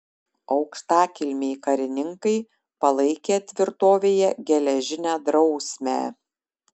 aukštakilmiai karininkai palaikė tvirtovėje geležinę drausmę